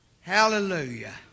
Hallelujah